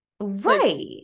right